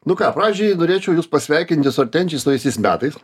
nu ką pradžiai norėčiau jus pasveikinti su artėjančiais naujaisiais metais